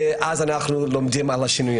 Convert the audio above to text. ואז אנחנו לומדים על השינוי.